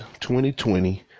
2020